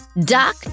Doc